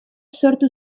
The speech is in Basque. sortu